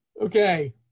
okay